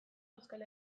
euskal